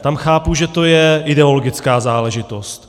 Tam chápu, že to je ideologická záležitost.